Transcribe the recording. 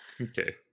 Okay